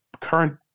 current